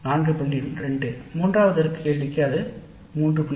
2 மூன்றாவது கேள்வி அது 3